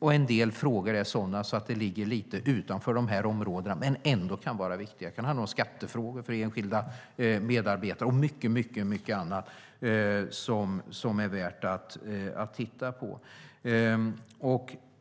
En del frågor ligger lite utanför dessa områden men kan vara viktiga ändå. Det kan handla om skattefrågor för enskilda medarbetare och mycket annat som är värt att titta på.